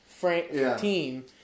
team